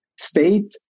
State